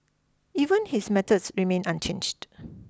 even his methods remain unchanged